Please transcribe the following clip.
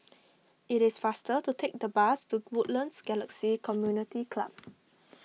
it is faster to take the bus to Woodlands Galaxy Community Club